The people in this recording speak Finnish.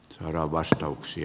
seuraava sota aluksi